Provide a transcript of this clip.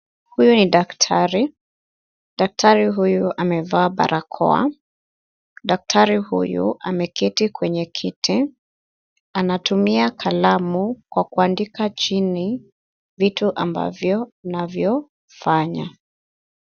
Huyu ni daktari. Daktari huyu amevaa barakoa. Daktari huyu ameketi kwenye kiti. Anatumia kalamu kwa kuandika chini vitu ambavyo anavyofanya.